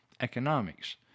economics